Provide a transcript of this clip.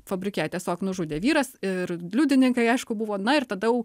fabrike tiesiog nužudė vyras ir liudininkai aišku buvo na ir tada